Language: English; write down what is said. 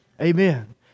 Amen